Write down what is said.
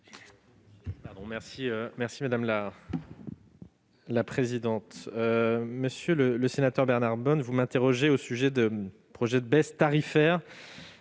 secrétaire d'État. Monsieur le sénateur Bernard Bonne, vous m'interrogez au sujet des projets de baisses tarifaires